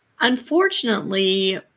unfortunately